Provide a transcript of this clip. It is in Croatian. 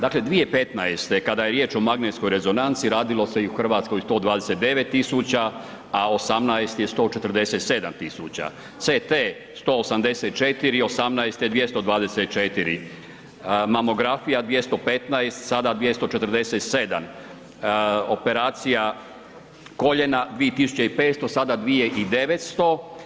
Dakle, 2015. kada je riječ o magnetskoj rezonanci radilo se u Hrvatskoj 129 tisuća, a 2018. 147 tisuća, CT 184, 2018. 224, mamografija 215, sada 247, operacija koljena 2500, sada 2900.